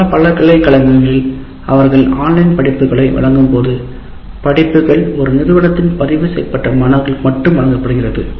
பல பல்கலைக்கழகங்களில் அவர்கள் ஆன்லைன் படிப்புகளை வழங்கும்போது படிப்புகள் ஒரு நிறுவனத்தின் பதிவுசெய்யப்பட்ட மாணவர்களுக்கு மட்டும் வழங்கப்படுகிறது